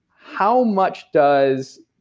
how much does.